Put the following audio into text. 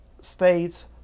states